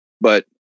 But-